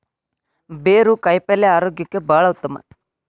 ಬೇರು ಕಾಯಿಪಲ್ಯ ಆರೋಗ್ಯಕ್ಕೆ ಬಹಳ ಉತ್ತಮ